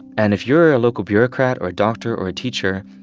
and if you're a local bureaucrat or a doctor or a teacher,